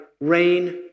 rain